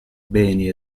beni